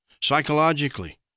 psychologically